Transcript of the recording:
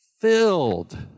filled